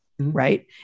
right